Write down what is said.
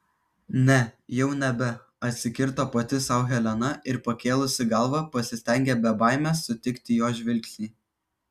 ne jau nebe atsikirto pati sau helena ir pakėlusi galvą pasistengė be baimės sutikti jo žvilgsnį